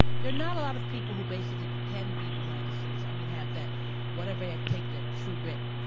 there are not a lot of people who basically can can be behind-the-scenes, i mean, have that whatever that take that true grit.